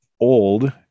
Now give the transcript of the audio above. old